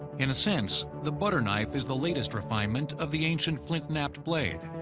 in a sense, the butter knife is the latest refinement of the ancient flint-knapped blade.